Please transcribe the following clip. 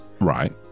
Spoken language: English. Right